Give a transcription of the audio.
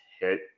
hit